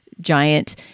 giant